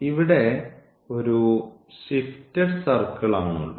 ഇവിടെ ഒരു ഷിഫ്റ്റഡ് സർക്കിളാണ് ഉള്ളത്